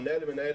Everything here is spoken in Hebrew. המנהל מנהל